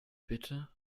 bitte